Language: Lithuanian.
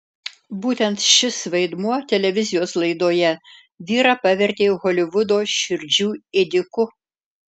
būtent šis vaidmuo televizijos laidoje vyrą pavertė holivudo širdžių ėdiku